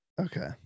okay